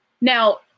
Now